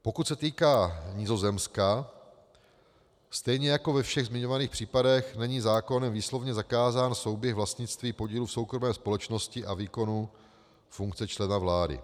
Pokud se týká Nizozemska, stejně jako ve všech zmiňovaných případech není zákonem výslovně zakázán souběh vlastnictví podílu v soukromé společnosti a výkonu funkce člena vlády.